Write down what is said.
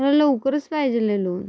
मला लवकरच पाहिजे आहे लोन